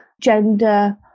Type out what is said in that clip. gender